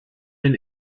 been